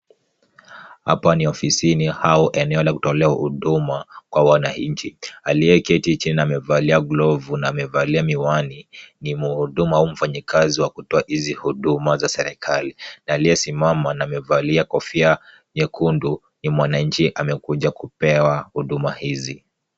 Hapa ni ofisini au eneo la kutolea huduma, kwa wananchi. Aliyeketi chini amevalia glovu na amevalia miwani, ni mhudumu au mfanyikazi wa kutoa hizi huduma za serikali na aliyesimama na amevalia kofia nyekundu, ni mwananchi amekuja kupewa huduma hizi.